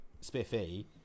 spiffy